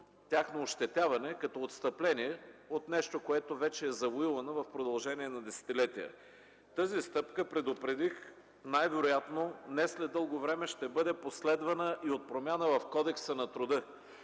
тяхно ощетяване, като отстъпление от нещо, което вече е завоювано в продължение на десетилетия. Предупредих, че тази стъпка най-вероятно не след дълго време ще бъде последвана и от промяна в Кодекса на труда.